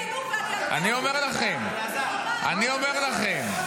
אני אומר לכם.